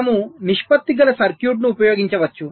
మనము నిష్పత్తి గల సర్క్యూట్ను ఉపయోగించవచ్చు